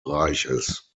reiches